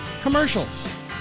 Commercials